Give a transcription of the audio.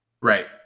right